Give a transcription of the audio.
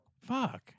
Fuck